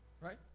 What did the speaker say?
right